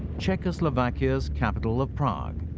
czechoslovakia's capital of prague.